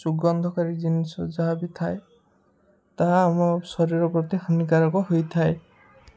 ସୁଗନ୍ଧକାରୀ ଜିନିଷ ଯାହା ବି ଥାଏ ତାହା ଆମ ଶରୀର ପ୍ରତି ହାନିକାରକ ହୋଇଥାଏ